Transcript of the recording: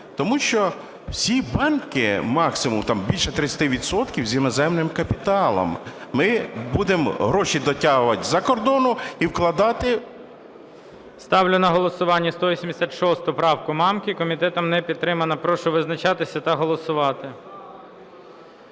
Тому що всі банки, максимум, там більше 30 відсотків з іноземним капіталом. Ми будемо гроші дотягувати з-за кордону і вкладати… ГОЛОВУЮЧИЙ. Ставлю на голосування 186 правку Мамки. Комітетом не підтримана. Прошу визначатися та голосувати.